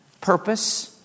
purpose